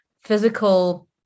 physical